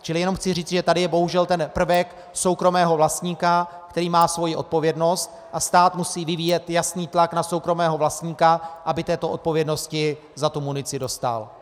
Čili jenom chci říct, že tady je bohužel ten prvek soukromého vlastníka, který má svoji odpovědnost, a stát musí vyvíjet jasný tlak na soukromého vlastníka, aby této odpovědnosti za tu munici dostál.